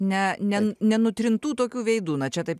ne ne nenutrintų tokių veidų na čia taip